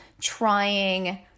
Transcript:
trying